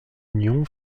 union